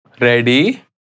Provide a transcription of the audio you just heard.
Ready